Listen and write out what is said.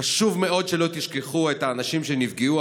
חשוב מאוד שלא תשכחו את האנשים שנפגעו,